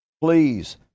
please